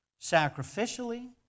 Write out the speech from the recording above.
sacrificially